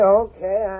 okay